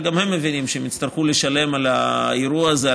גם הם מבינים שהם יצטרכו לשלם על האירוע הזה,